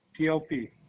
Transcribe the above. PLP